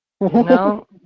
No